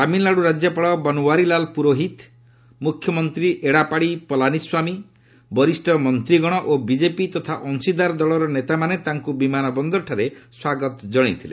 ତାମିଲନାଡ଼ୁ ରାଜ୍ୟପାଳ ବନୱାରିଲାଲ ପୁରୋହିତ ମୁଖ୍ୟମନ୍ତ୍ରୀ ଏଡାପାଡି ପଲାନିସ୍ୱାମୀ ବରିଷ୍ଣ ମନ୍ତ୍ରୀଗଣ ଓ ବିଜେପି ତଥା ଅଂଶୀଦାର ଦଳର ନେତାମାନେ ତାଙ୍କୁ ବିମାନ ବନ୍ଦରଠାରେ ସ୍ୱାଗତ ଜଣାଇଥିଲେ